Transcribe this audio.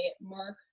Mark